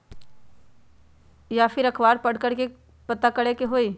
या फिर अखबार में पढ़कर के पता करे के होई?